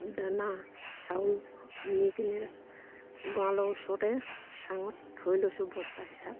দানা চাউল নি কিনে গঁৰালৰ ওচৰতে চাঙত থৈ লৈছোঁ বস্তা হিচাপে